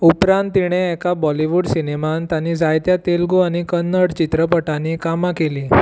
उपरान तिणें एका बॉलिवूड सिनेमांत आनी जायत्या तेलगू आनी कन्नड चित्रपटांनी कामां केलीं